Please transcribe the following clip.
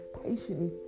patiently